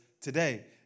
today